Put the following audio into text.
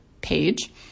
page